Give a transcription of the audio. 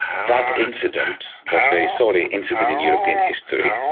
that incident, that very sorry incident in european history,